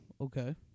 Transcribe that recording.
Okay